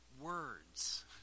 words